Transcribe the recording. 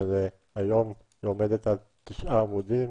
שהיום עומדת על תשעה עמודים,